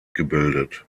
gebildet